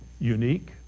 unique